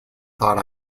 thought